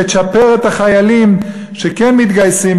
לצ'פר את החיילים שכן מתגייסים,